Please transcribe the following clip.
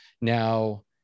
now